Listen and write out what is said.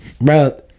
bro